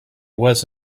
was